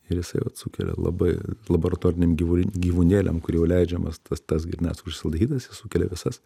ir jisai vat sukelia labai laboratoriniam gyvūl gyvūnėliam kur jau leidžiamas tas tas grynas acto rūgšties aldehidas jis sukelia visas